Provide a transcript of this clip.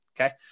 Okay